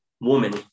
woman